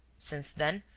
since then,